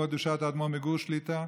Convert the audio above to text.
כבוד קדושת האדמו"ר מגור שליט"א,